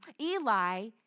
Eli